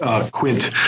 Quint